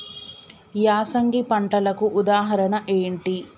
యాసంగి పంటలకు ఉదాహరణ ఏంటి?